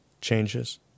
changes